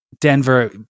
Denver